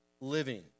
living